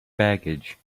baggage